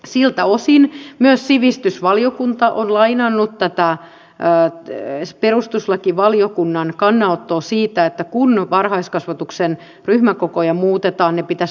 siltä osin myös sivistysvaliokunta on lainannut tätä perustuslakivaliokunnan kannanottoa siitä että kun varhaiskasvatuksen ryhmäkokoja muutetaan ne pitäisi lailla vahvistaa